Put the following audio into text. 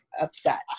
upset